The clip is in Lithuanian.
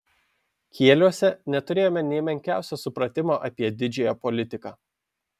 kieliuose neturėjome nė menkiausio supratimo apie didžiąją politiką